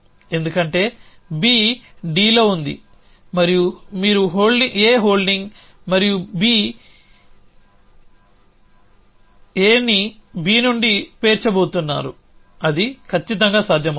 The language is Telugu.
ఎందుకంటే B Dలో ఉంది మరియు మీరు హోల్డింగ్ A మరియు మీరు A ని B నుండి పేర్చబోతున్నారు అది ఖచ్చితంగా సాధ్యమవుతుంది